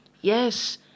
yes